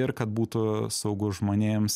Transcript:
ir kad būtų saugus žmonėms